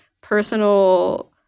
personal